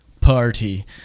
Party